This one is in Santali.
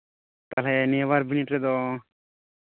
ᱛᱟᱦᱞᱮ ᱱᱤᱭᱟᱹᱵᱟᱨ ᱵᱤᱱᱤᱰ ᱨᱮᱫᱚ